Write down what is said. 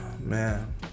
Man